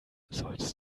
solltest